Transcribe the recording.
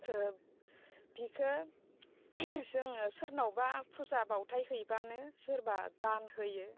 ओ बिखो जोङो सोरनावबा फुजा बावथाय हैब्लानो सोरबा दान होयो